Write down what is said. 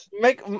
Make